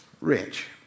rich